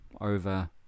over